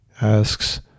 asks